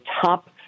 top